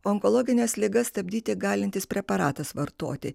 onkologines ligas stabdyti galintis preparatas vartoti